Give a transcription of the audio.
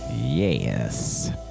Yes